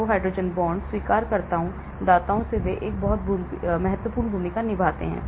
तो hydrogen bond स्वीकारकर्ताओं दाताओं वे एक बहुत महत्वपूर्ण भूमिका निभाते हैं